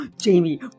Jamie